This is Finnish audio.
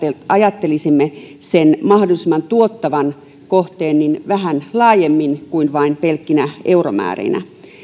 ajattelisimme sen mahdollisimman tuottavan kohteen vähän laajemmin kuin vain pelkkinä euromäärinä